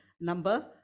number